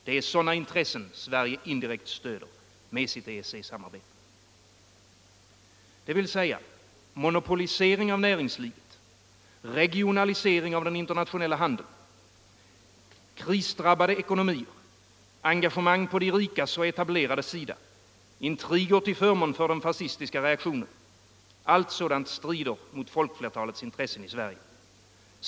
Det är sådana intressen som Sverige indirekt stöder med sitt EEC-samarbete. Monopolisering av näringslivet, regionalisering av den internationella handeln, krisdrabbade ekonomier, engagemang på de rikas och etablerades sida, intriger till förmån för den fascistiska reaktionen — allt sådant strider mot folkflertalets intressen i Sverige.